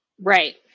right